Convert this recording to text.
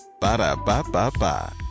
Ba-da-ba-ba-ba